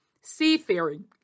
seafaring